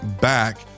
back